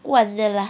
罐的 lah